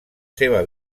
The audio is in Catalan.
seva